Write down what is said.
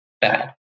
bad